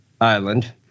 Island